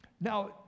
Now